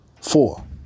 Four